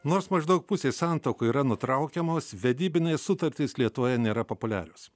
nors maždaug pusė santuokų yra nutraukiamos vedybinės sutartys lietuvoje nėra populiarios